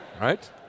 Right